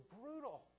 brutal